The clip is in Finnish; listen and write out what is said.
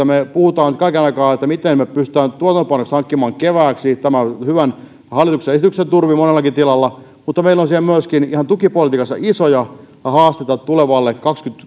me puhumme kaiken aikaa miten me pystymme tuotantopanokset hankkimaan kevääksi tämän hyvän hallituksen esityksen turvin monellakin tilalla mutta meillä on siellä myöskin ihan tukipolitiikassa isoja haasteita tulevalle